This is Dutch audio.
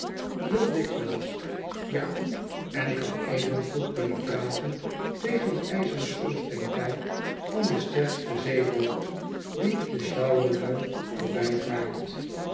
heel dikwijls ja en ik had evengoed kunnen praten tegen de ijzeren schoorsteenpijp van de sterkste zeeboot die de